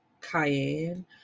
Cayenne